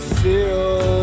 feel